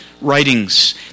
writings